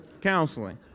counseling